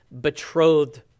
betrothed